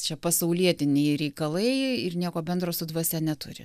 čia pasaulietiniai reikalai ir nieko bendro su dvasia neturi